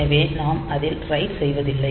எனவே நாம் அதில் ரைட் செய்வதில்லை